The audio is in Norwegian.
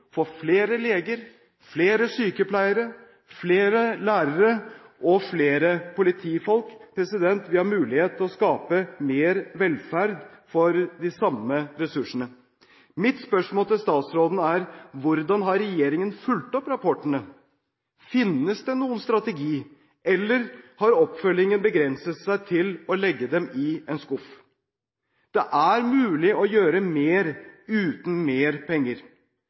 flere leger, flere sykepleiere, flere lærere og flere politifolk. Vi har mulighet til å skape mer velferd for de samme ressursene. Mitt spørsmål til statsråden er: Hvordan har regjeringen fulgt opp rapportene? Finnes det noen strategi, eller har oppfølgingen begrenset seg til å legge dem i en skuff? Det er mulig å gjøre mer uten mer penger.